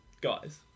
Guys